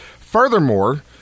Furthermore